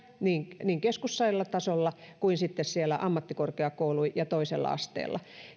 niin niin keskussairaalatasolla kuin sitten siellä ammattikorkeakoulussa ja toisella asteella